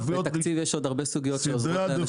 ותקציב יש עוד הרבה סוגיות שעוזרות לאנשים.